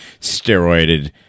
steroided